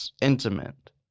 intimate